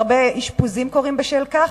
והרבה אשפוזים קורים בשל כך.